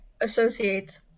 associate